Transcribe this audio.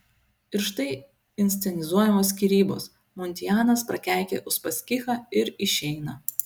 ir štai inscenizuojamos skyrybos muntianas prakeikia uspaskichą ir išeina